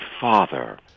Father